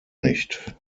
nicht